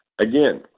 Again